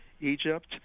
Egypt